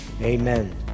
Amen